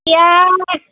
এতিয়া